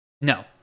No